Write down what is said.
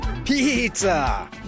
Pizza